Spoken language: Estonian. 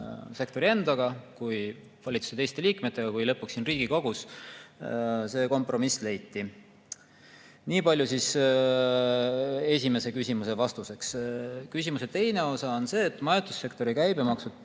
sektori endaga kui valitsuse teiste liikmetega ja lõpuks siin Riigikogus see kompromiss leiti. Nii palju siis esimese küsimuse vastuseks. Teine küsimus on see: "Majutussektori käibemaksu